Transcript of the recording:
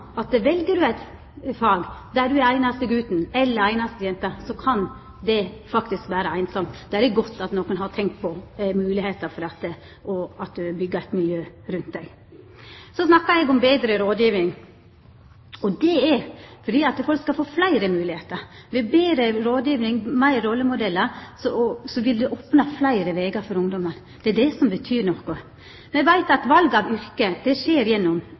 For vel du eit fag der du er einaste guten eller einaste jenta, kan det faktisk vera einsamt. Da er det godt at nokre har tenkt på moglegheita for dette, og at ein byggjer eit miljø rundt dei. Så snakka eg om betre rådgjeving, og det er fordi folk skal få fleire moglegheiter. Betre rådgjeving og fleire rollemodellar vil opna fleire vegar for ungdommar. Det er det som betyr noko. Me veit at val av yrke skjer gjennom